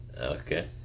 Okay